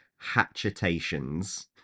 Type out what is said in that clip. hatchetations